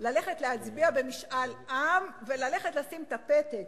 ללכת להצביע במשאל עם, ללכת לשים את הפתק.